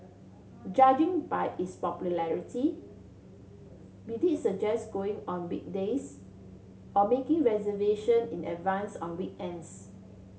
judging by its popularity we'd suggest going on weekdays or making reservation in advance on weekends